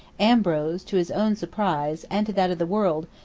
ambrose, to his own surprise, and to that of the world,